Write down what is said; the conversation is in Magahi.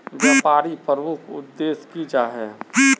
व्यापारी प्रमुख उद्देश्य की जाहा?